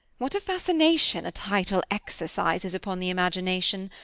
what a fascination a title exercises upon the imagination!